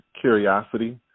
curiosity